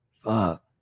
fuck